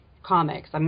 comics